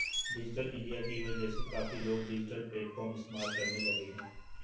digital India की वजह से काफी लोग डिजिटल प्लेटफ़ॉर्म इस्तेमाल करने लगे हैं